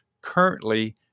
currently